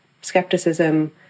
skepticism